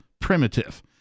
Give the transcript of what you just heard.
primitive